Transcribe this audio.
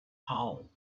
hole